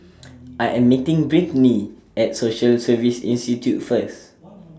I Am meeting Brittnay At Social Service Institute First